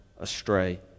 astray